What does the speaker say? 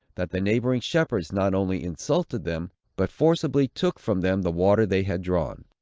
that the neighboring shepherds not only insulted them, but forcibly took from them the water they had drawn.